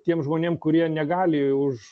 tiem žmonėm kurie negali už